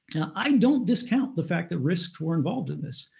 i don't discount the fact that risks we're involved in this.